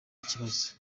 ikibazo